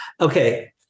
okay